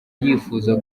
yifuza